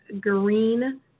green